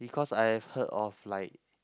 because I have heard of like